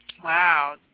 Wow